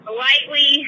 lightly